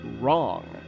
Wrong